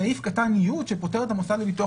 סעיף קטן (י) שפוטר את המוסד לביטוח